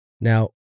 Now